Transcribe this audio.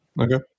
Okay